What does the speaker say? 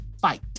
fight